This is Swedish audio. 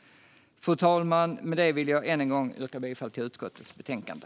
Fru talman! Med detta vill jag än en gång yrka bifall till förslaget i utskottets betänkande.